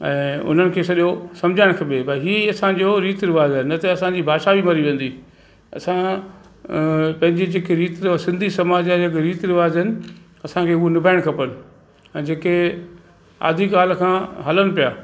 ऐं उन्हनि खे सॼो सम्झाइणु खपे भई ही असांजो रीति रिवाज़ु आहे न त असांजी भाषा बि मरी वेंदी असां पंहिंजी जेकी रीति रिवाज़ु सिंधी समाज जा जेके रीत रिवाज़ु आहिनि असांखे उहे निभाइणु खपनि ऐं जेके आदिकाल खां हलनि पिया